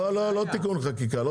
לא לא תיקון חקיקה.